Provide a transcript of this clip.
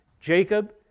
Jacob